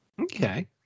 Okay